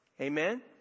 Amen